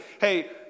hey